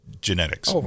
genetics